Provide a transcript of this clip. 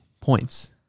points